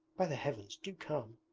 by the heavens! do come